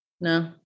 No